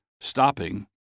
Stopping